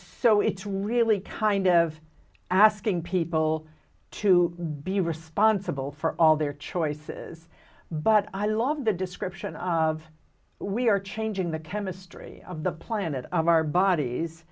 so it's really kind of asking people to be responsible for all their choices but i love the description of we are changing the chemistry of the planet of our bodies